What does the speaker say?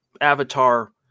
avatar